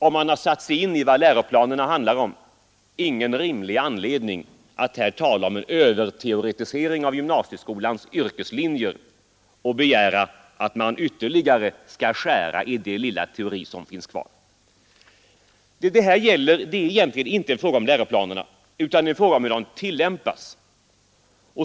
Om man har satt sig in i vad läroplanerna handlar om, kan man inte finna någon rimlig anledning att här tala om en överteoretisering av gymnasieskolans yrkeslinjer och begära att det ytterligare skall skäras i den lilla teori som finns kvar. Det här är egentligen inte en fråga om läroplanerna utan en fråga om hur de tillämpas.